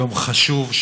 יום חשוב,